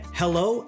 hello